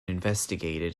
investigated